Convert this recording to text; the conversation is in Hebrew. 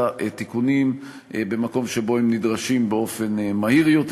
תיקונים במקום שבו הם נדרשים באופן מהיר יותר.